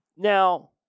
Now